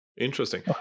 Interesting